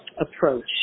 approach